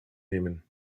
nehmen